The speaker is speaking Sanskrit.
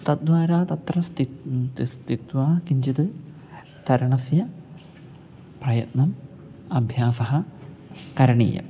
तद्वारा तत्र स्थितं स्थित्वा किञ्चित् तरणस्य प्रयत्नम् अभ्यासः करणीयम्